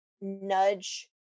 nudge